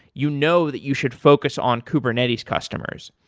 you know that you should focus on kubernetes customers.